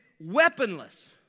weaponless